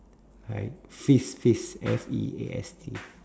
like feast feast F E A S T